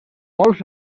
molts